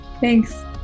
Thanks